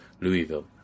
Louisville